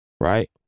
right